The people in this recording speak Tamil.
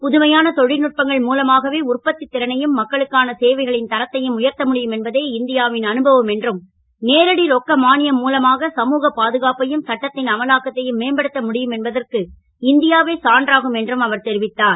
புதுமையான தொ ல்நுட்பங்கள் மூலமாகவே உற்பத் றனையும் மக்களுக்கான சேவைகளின் தரத்தையும் உயர்த்த முடியும் என்பதே இந் யாவின் அனுபவம் என்றும் நேரடி ரொக்க மா யம் மூலமாக சமூகப் பாதுகாப்பையும் சட்டத் ன் அமலாக்கத்தையும் மேம்படுத்த முடியும் என்பதற்கு இந் யாவே சான்றாகும் என்றும் அவர் தெரிவித்தார்